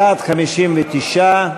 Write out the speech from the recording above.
בעד, 59,